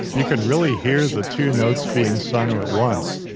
you can really hear the two notes being sung at once,